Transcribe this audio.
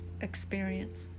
experience